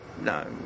no